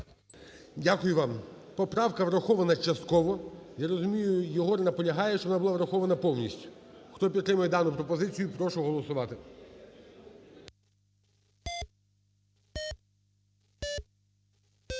Дякую вам. Поправка врахована частково. Я розумію, Єгор наполягає, щоб вона була врахована повністю. Хто підтримує дану пропозицію, прошу голосувати.